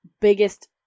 biggest